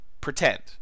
pretend